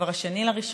כבר 2 בינואר.